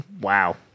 Wow